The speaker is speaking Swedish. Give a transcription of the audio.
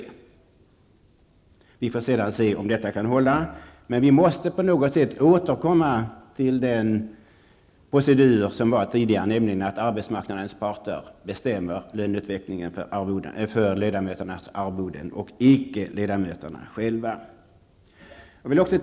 Sedan får man se om det går att hålla denna utfästelse, men på något sätt måste vi återinföra den procedur som tidigare gällde, nämligen att arbetsmarknadens parter, och icke ledamöterna själva, beslutar om ledamöternas arvoden.